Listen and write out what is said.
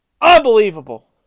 Unbelievable